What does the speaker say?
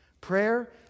Prayer